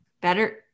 better